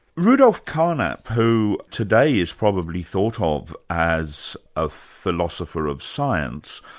rudolf carnap, who today is probably thought ah of as a philosopher of science,